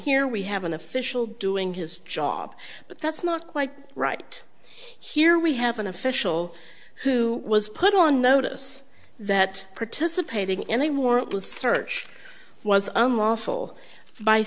here we have an official doing his job but that's not quite right here we have an official who was put on notice that participating in a warrantless search was unlawful by